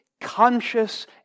conscious